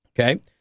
Okay